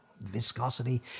viscosity